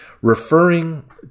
referring